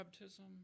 baptism